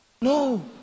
No